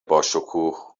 باشکوه